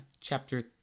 chapter